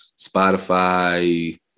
Spotify